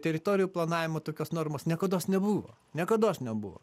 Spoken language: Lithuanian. teritorijų planavimo tokios normos niekados nebuvo niekados nebuvo